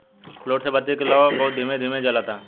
fluid से बत्ती के लौं बहुत ही धीमे धीमे जलता